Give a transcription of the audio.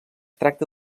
tracta